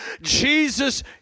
Jesus